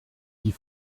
die